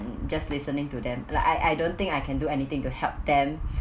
just listening to them like I I don't think I can do anything to help them